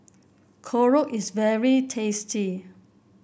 korokke is very tasty